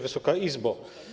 Wysoka Izbo!